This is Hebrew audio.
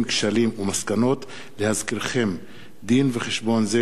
תעבור להמשך דיון בוועדת העבודה,